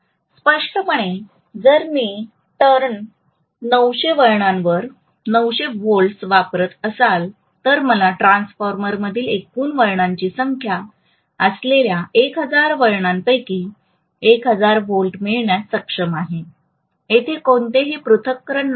स्पष्टपणे जर मी टर्न 900 वळणांवर 900volts व्होल्ट्स वापरत असाल तर मला ट्रान्सफॉर्मरमधील एकूण वळणांची संख्या असलेल्या १००० वळणांपैकी १००० व्होल्ट मिळविण्यास सक्षम आहे येथे कोणतेही पृथक्करण नाही